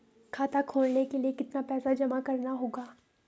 खाता खोलने के लिये कितना पैसा जमा करना होगा?